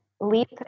leap